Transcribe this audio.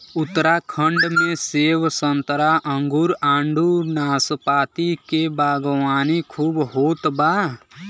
उत्तराखंड में सेब संतरा अंगूर आडू नाशपाती के बागवानी खूब होत बा